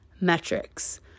metrics